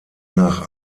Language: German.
nach